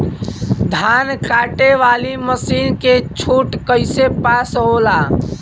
धान कांटेवाली मासिन के छूट कईसे पास होला?